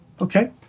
Okay